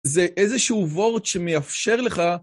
זה איזשהו וורד שמאפשר לך...